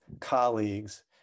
colleagues